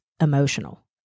emotional